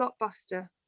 blockbuster